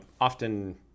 often—